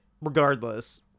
regardless